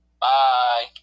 bye